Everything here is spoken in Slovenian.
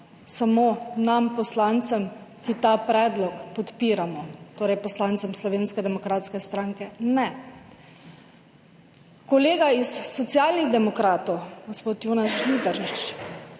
samo nam poslancem, ki ta predlog podpiramo, torej poslancem Slovenske demokratske stranke. Ne. Kolega iz Socialnih demokratov, gospod Jonas Žnidaršič,